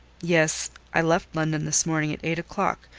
yes i left london this morning at eight o'clock,